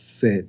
fit